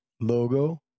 logo